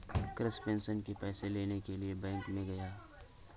Krishna pension के पैसे लेने के लिए बैंक में गया